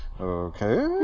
Okay